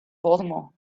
baltimore